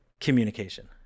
communication